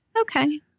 Okay